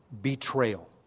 betrayal